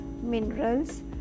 minerals